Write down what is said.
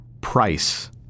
price